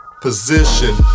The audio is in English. position